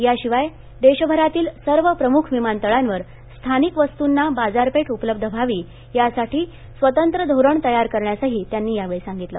याशिवाय देशभरातील सर्व प्रमुख विमानतळांवर स्थानिक वस्तुंना बाजारपेठ उपलब्ध व्हावी यासाठी स्वतंत्र धोरण तयार करण्यासही त्यांनी यावेळी सांगितलं